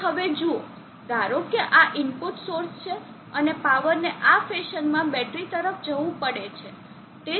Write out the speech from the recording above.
તમે હવે જુઓ ધારો કે આ ઇનપુટ સોર્સ છે અને પાવરને આ ફેશનમાં બેટરી તરફ જવું પડે છે